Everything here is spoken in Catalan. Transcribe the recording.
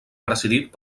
presidit